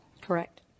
Correct